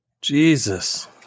Jesus